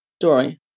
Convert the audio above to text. story